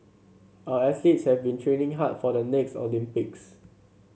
our athletes have been training hard for the next Olympics